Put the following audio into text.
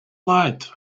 light